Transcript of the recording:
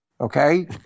Okay